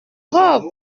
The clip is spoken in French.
robe